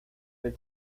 del